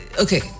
okay